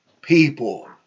people